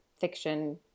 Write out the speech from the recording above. fiction